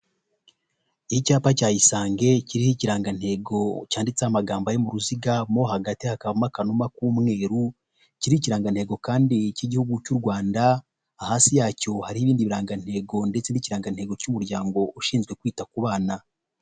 Icyapa cya isange kiriho ikirangantego cyanditseho amagambo ari mu ruziga mo hagati hakavamo akanuma k'umweru, iki ni ikirangantego kandi cy'igihugu cy'u Rwanda, hasi yacyo hari ibindi birangagantego ndetse n'ikigantego cy'umuryango ushinzwe kwita ku bana.